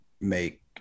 make